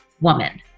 woman